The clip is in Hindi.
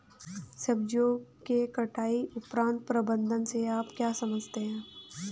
सब्जियों के कटाई उपरांत प्रबंधन से आप क्या समझते हैं?